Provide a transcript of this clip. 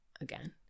again